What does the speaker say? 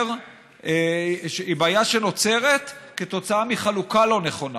היא בעיה שנוצרת כתוצאה מחלוקה לא נכונה,